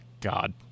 God